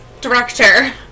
director